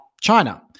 China